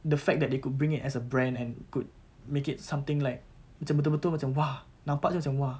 the fact that they could bring it as a brand and could make it something like macam betul-betul macam !wah! nampak jer macam !wah!